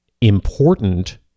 important